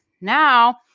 Now